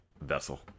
vessel